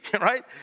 right